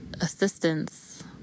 assistance